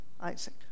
Isaac